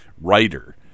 writer